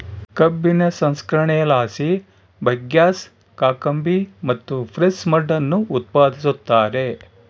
ಕಬ್ಬಿನ ಸಂಸ್ಕರಣೆಲಾಸಿ ಬಗ್ಯಾಸ್, ಕಾಕಂಬಿ ಮತ್ತು ಪ್ರೆಸ್ ಮಡ್ ಅನ್ನು ಉತ್ಪಾದಿಸುತ್ತಾರೆ